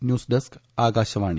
news desk Akashvani